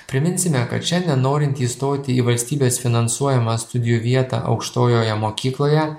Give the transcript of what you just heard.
priminsime kad šiandien norint įstoti į valstybės finansuojamą studijų vietą aukštojoje mokykloje